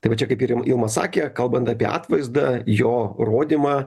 tai va čia kaip ir il ilma sakė kalbant apie atvaizdą jo rodymą